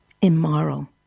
immoral